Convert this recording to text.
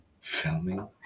filming